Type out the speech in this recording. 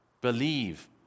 believe